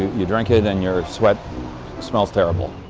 you drink it and your sweat smells terrible.